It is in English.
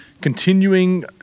continuing